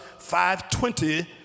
520